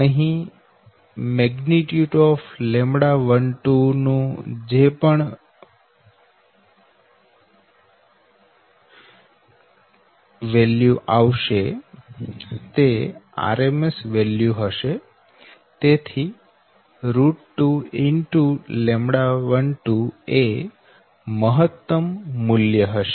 અહી λ12 જે પણ આવશે તે RMS મૂલ્ય છે તેથી2λ12 એ મહત્તમ મૂલ્ય હશે